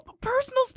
personal